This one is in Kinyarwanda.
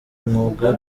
umwuga